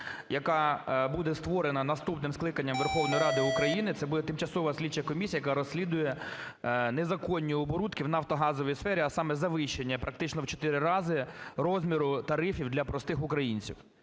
яка буде створена наступним скликанням Верховної Ради України, це буде тимчасова слідча комісія, яка розслідує незаконні оборудки в нафтогазовій сфері, а саме завищення практично в 4 рази розміру тарифів для простих українців.